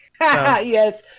Yes